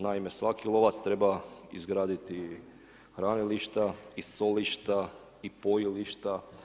Naime, svaki lovac treba izgraditi hranilišta i solišta i pojilišta.